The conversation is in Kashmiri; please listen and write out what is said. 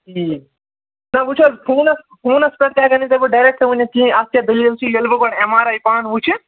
ہے وٕچھ حظ فونَس فونَس پٮ۪ٹھ تہِ ہٮ۪کَے نہٕ ژےٚ بہٕ ڈایرَٮ۪کٹ ؤنِتھ کِہیٖنۍ اَتھ کیٛاہ دٔلیٖل چھِ ییٚلہِ بہٕ گۄڈٕ اٮ۪م آر آی پانہٕ وٕچھِ